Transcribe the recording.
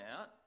out